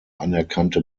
anerkannte